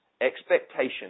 expectation